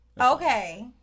okay